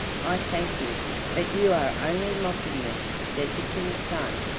i thank you but you are only mocking me, said the king's son.